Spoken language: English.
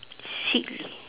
seek